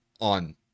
on